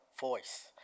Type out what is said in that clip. voice